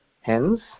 Hence